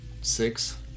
six